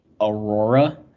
Aurora